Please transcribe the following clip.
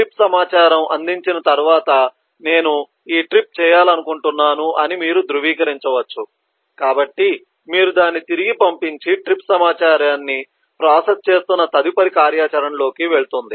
trip సమాచారం అందించిన తర్వాత నేను ఈ ట్రిప్ చేయాలనుకుంటున్నాను అని మీరు ధృవీకరించవచ్చు కాబట్టి మీరు దాన్ని తిరిగి పంపించి ట్రిప్ సమాచారాన్ని ప్రాసెస్ చేస్తున్న తదుపరి కార్యాచరణలోకి వెళ్తుంది